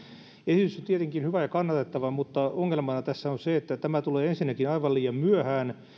esitys on tietenkin hyvä ja kannatettava mutta ongelmana tässä on se että tämä tulee ensinnäkin aivan liian myöhään ja